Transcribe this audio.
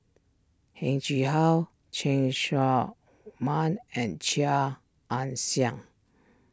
Heng Chee How Cheng Tsang Man and Chia Ann Siang